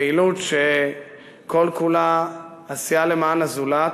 פעילות שכל-כולה עשייה למען הזולת,